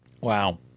Wow